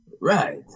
Right